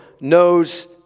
knows